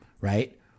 Right